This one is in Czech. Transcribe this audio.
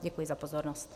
Děkuji za pozornost.